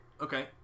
Okay